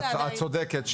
את צודקת.